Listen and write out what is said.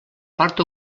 part